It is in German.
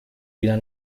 wieder